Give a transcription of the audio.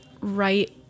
right